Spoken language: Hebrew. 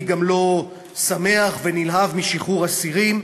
אני גם לא שמח ונלהב משחרור אסירים,